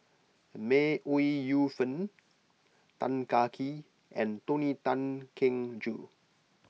May Ooi Yu Fen Tan Kah Kee and Tony Tan Keng Joo